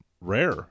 rare